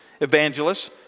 evangelists